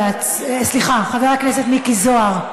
חבר הכנסת מיקי זוהר,